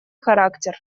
характер